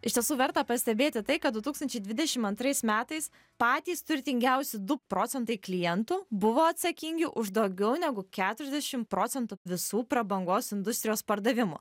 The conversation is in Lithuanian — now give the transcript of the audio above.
iš tiesų verta pastebėti tai kad du tūkstančiai dvidešim antrais metais patys turtingiausi du procentai klientų buvo atsakingi už daugiau negu keturiasdešim procentų visų prabangos industrijos pardavimų